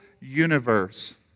universe